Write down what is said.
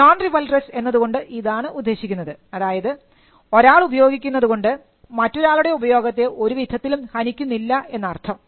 non rivalrous എന്നതുകൊണ്ട് ഇതാണ് ഉദ്ദേശിക്കുന്നത് അതായത് ഒരാൾ ഉപയോഗിക്കുന്നത് കൊണ്ട് മറ്റൊരാളുടെ ഉപയോഗത്തെ ഒരു വിധത്തിലും ഹനിക്കുന്നില്ല എന്നർത്ഥം